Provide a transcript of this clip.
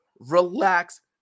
Relax